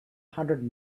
hundred